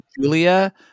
Julia